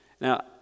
Now